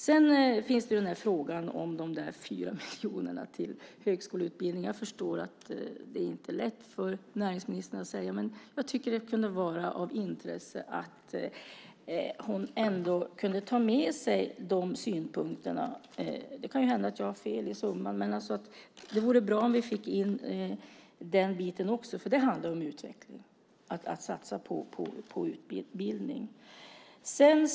När det gäller frågan om de 4 miljonerna till högskoleutbildning förstår jag att det inte är lätt för näringsministern att säga något om det. Men det kunde vara av intresse att hon tog med sig de synpunkterna. Det kan hända att jag har fel om summan, men det vore bra om vi fick in den biten också, för det handlar om utveckling att satsa på utbildning.